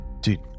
Dude